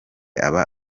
aba